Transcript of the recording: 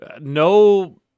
No